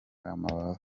amababa